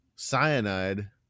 cyanide